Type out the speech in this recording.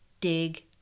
dig